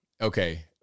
Okay